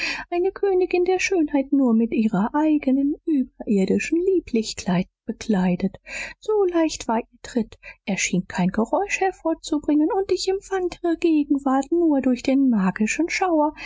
eine königin der schönheit nur mit ihrer eigenen überirdischen lieblichkeit bekleidet so leicht war ihr tritt er schien kein geräusch hervorzubringen und ich empfand ihre gegenwart nur durch den magischen schauer